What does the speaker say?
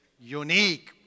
unique